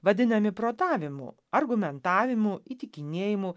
vadinami protavimu argumentavimu įtikinėjimu